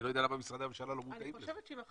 אני לא יודע למה משרדי הממשלה לא מודעים לזה.